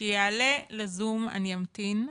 שיעלה לזום, אני אמתין,